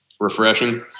refreshing